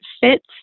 fits